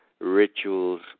rituals